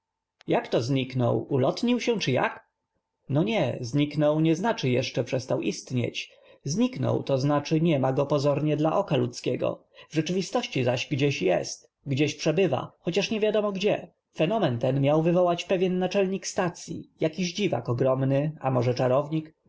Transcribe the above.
k to zniknął u lotnił się czy jak no nie zniknął nie znaczy jeszcze przestał istnieć z niknął to znaczy nie m a go pozornie dla oka ludzkiego w rze czywistości zaś gdzieś jest gdzieś przebyw a chociaż niew iadom o gdzie fenom en ten miał w yw ołać pew ien naczelnik stacyi jakiś dziw ak ogrom ny a może czarow